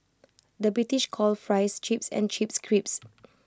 the British calls Fries Chips and Chips Crisps